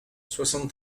soixante